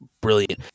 brilliant